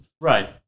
right